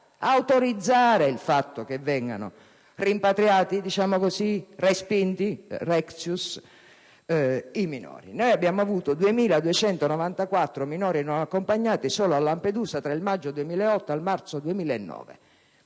autorizzare il fatto che vengano rimpatriati o, *rectius*, respinti i minori. Noi abbiamo avuto 2.294 minori non accompagnati, solo a Lampedusa, tra il maggio del 2008 e il marzo del